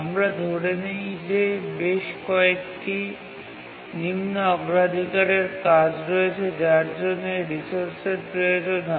আমরা ধরে নেই যে বেশ কয়েকটি নিম্ন অগ্রাধিকারের কাজ রয়েছে যার জন্য এই রিসোর্সের প্রয়োজন হয়